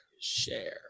Share